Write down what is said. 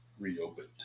reopened